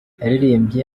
yaririmbye